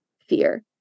fear